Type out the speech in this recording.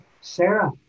Sarah